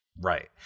Right